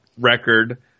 record